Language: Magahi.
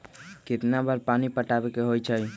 कितना बार पानी पटावे के होई छाई?